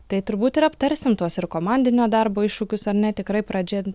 tai turbūt ir aptarsim tuos ir komandinio darbo iššūkius ar ne tikrai pradžia